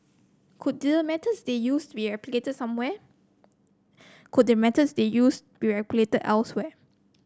could the methods they use be a somewhere could the methods they used be replicated elsewhere